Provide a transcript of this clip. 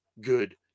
good